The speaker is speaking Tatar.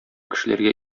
кешеләргә